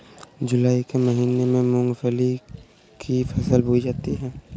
जूलाई के महीने में मूंगफली की फसल बोई जाती है